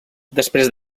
després